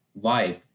vibe